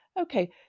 okay –